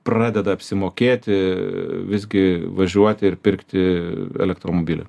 pradeda apsimokėti visgi važiuoti ir pirkti elektromobilį